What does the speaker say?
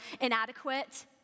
inadequate